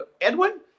Edwin